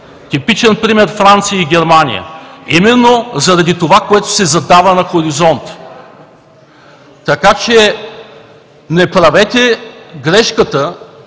Типичен пример са Франция и Германия. Именно заради това, което се задава на хоризонта! Не правете грешката